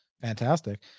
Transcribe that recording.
Fantastic